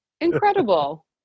Incredible